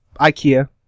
Ikea